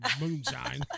moonshine